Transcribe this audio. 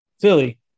Philly